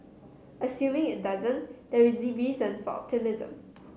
assuming it doesn't there is reason for optimism